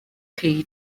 chi